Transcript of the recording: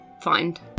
find